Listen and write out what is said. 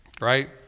Right